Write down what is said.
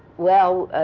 well,